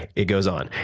it goes on.